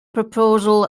proposal